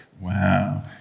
Wow